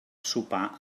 sopar